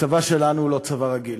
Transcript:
הצבא שלנו הוא לא צבא רגיל,